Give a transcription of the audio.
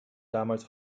damals